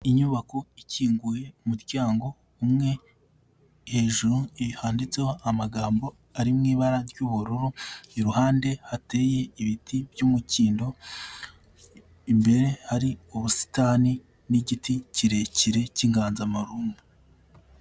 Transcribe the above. Inyubako ikinguye umuryango umwe, hejuru handitseho amagambo ari mu ibara ry'ubururu, iruhande hateye ibiti by'umukindo, imbere hari ubusitani, n'igiti kirekire cy'inganzamarumbo.